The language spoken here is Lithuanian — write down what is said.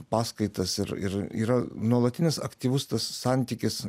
paskaitas ir ir yra nuolatinis aktyvus tas santykis